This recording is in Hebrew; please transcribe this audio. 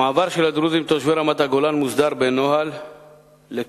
המעבר של הדרוזים תושבי רמת-הגולן מוסדר בנוהל לכלות,